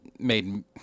made